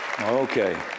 Okay